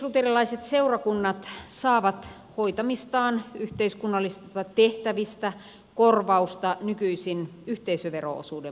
evankelisluterilaiset seurakunnat saavat hoitamistaan yhteiskunnallisista tehtävistä korvausta nykyisin yhteisövero osuuden muodossa